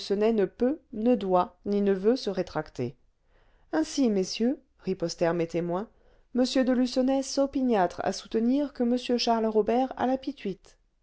ne peut ne doit ni ne veut se rétracter ainsi messieurs ripostèrent mes témoins m de lucenay s'opiniâtre à soutenir que m charles robert a